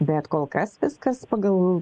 bet kol kas viskas pagal